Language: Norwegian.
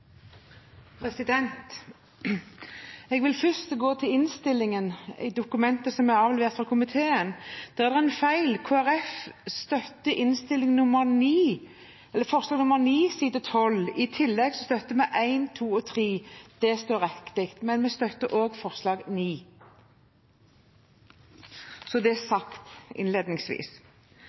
Jeg vil først gå til innstillingen. I dokumentet som er avlevert fra komiteen, er det en feil. Kristelig Folkeparti støtter forslag nr. 9, på side 12. I tillegg støtter vi forslagene nr. 1, 2 og 3 – det er riktig. Men vi støtter også forslag nr. 9 – så er det sagt innledningsvis. Skolehelsetjeneste har vært, og er,